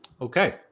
Okay